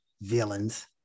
villains